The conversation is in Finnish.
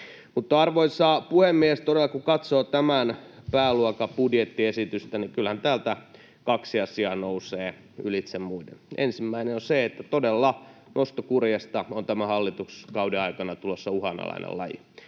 Arvoisa puhemies! Todella kun katsoo tämän pääluokan budjettiesitystä, niin kyllähän täältä kaksi asiaa nousee ylitse muiden. Ensimmäinen on se, että todella nostokurjesta on tämän hallituskauden aikana tulossa uhanalainen laji.